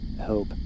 Hope